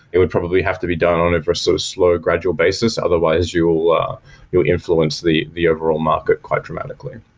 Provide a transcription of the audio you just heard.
it would probably have to be done on a very so slow, gradual basis, otherwise you ah you would influence the the overall market quite dramatically.